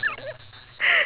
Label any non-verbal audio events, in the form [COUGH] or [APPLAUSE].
[LAUGHS]